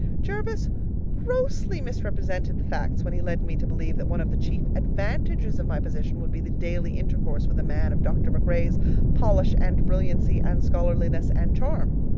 jervis grossly misrepresented the facts when he led me to believe that one of the chief advantages of my position would be the daily intercourse with a man of dr. macrae's polish and brilliancy and scholarliness and charm.